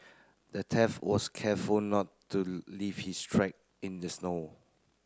the theft was careful to not leave his track in the snow